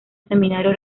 seminario